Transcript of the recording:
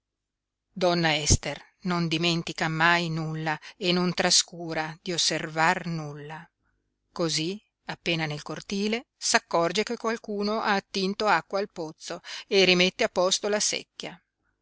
donna ester non dimentica mai nulla e non trascura di osservar nulla cosí appena nel cortile s'accorge che qualcuno ha attinto acqua al pozzo e rimette a posto la secchia